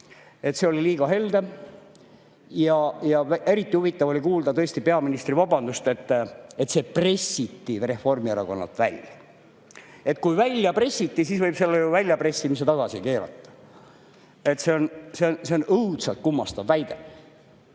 see liiga helde. Ja eriti huvitav oli kuulda peaministri vabandust, et see pressiti Reformierakonnalt välja. Et kui välja pressiti, siis võib selle väljapressimise tagasi keerata. See on õudselt kummastav väide.